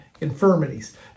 infirmities